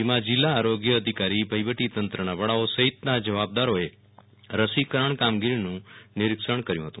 જેમાં જીલ્લા આરોગ્ય અધિકારી વહીવટી તંત્ર ના વાળાઓ સહિતના જવાબદારોએ રસીકરણ કામગીરીનું નિરીક્ષણ કર્યું હતું